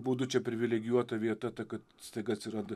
būdu čia privilegijuota vieta ta kad staiga atsiradai